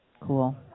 Cool